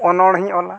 ᱚᱱᱚᱬᱦᱮᱧ ᱚᱞᱟ